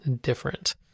different